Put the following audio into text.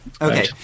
Okay